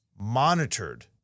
monitored